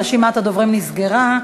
רשימת הדוברים נסגרה.